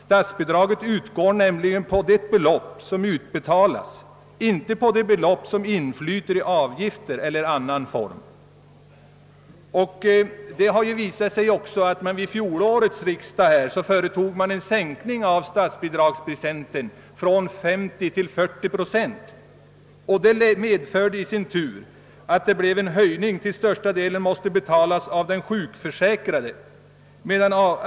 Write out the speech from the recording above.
Statsbidraget utgår nämligen på det belopp som utbetalas, inte på det som inflyter i avgifter eller i annan form. 1966 års riksdag sänkte statsbidraget från 50 till 40 procent, och det medförde en avgiftshöjning som till större delen måste betalas av de sjukförsäkrade.